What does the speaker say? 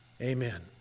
Amen